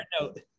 note